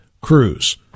Cruz